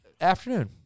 afternoon